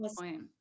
point